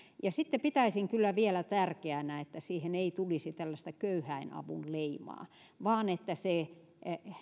sitten pitäisin kyllä tärkeänä vielä sitä että siihen ei tulisi tällaista köyhäinavun leimaa vaan että se